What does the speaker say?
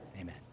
amen